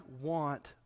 want